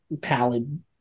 pallid